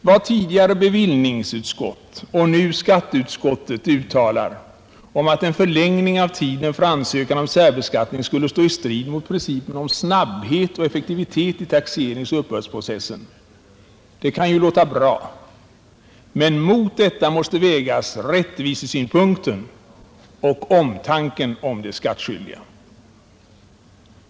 Vad tidigare bevillningsutskottet och nu skatteutskottet uttalar om att en förlängning av tiden för ansökan om särbeskattning skulle stå i strid med principen om snabbhet och effektivitet i taxeringsoch uppbördsprocessen kan låta bra, men mot detta måste vägas rättvisesynpunkter och omtanken om de skattskyldiga.